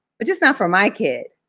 but just not for my kid.